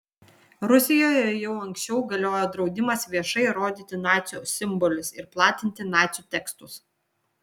rusijoje jau anksčiau galiojo draudimas viešai rodyti nacių simbolius ir platinti nacių tekstus